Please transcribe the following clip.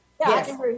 Yes